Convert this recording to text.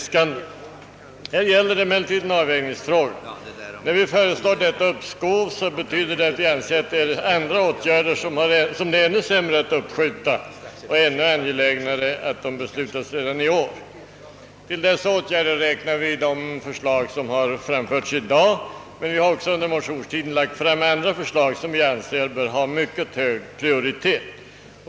Men det gäller här en avvägningsfråga. När vi föreslår uppskov betyder det att vi anser att det finns andra åtgärder som det är ännu sämre att uppskjuta utan som bör beslutas redan i år. Till sådana åtgärder räknar vi en del förslag som behandlas i dag, men vi har också un der motionstiden lagt fram andra förslag som vi anser bör ha mycket hög prioritet.